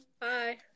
Bye